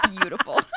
beautiful